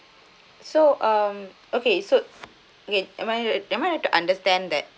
so um okay so okay am I uh am I to understand that